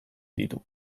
ditu